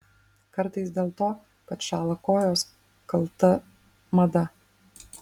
kartais dėl to kad šąla kojos kalta mada